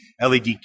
LED